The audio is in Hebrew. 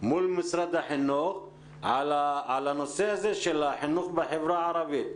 מול משרד החינוך על החינוך בחברה הערבית: